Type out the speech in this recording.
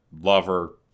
lover